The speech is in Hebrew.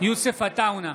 יוסף עטאונה,